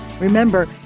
Remember